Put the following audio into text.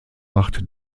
machte